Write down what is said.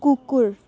कुकुर